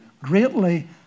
greatly